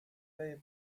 play